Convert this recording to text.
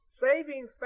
saving